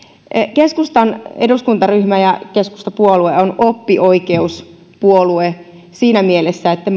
keskustan eduskuntaryhmä ja keskustapuolue on oppioikeuspuolue siinä mielessä että